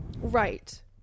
right